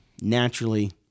naturally